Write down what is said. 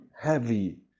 heavy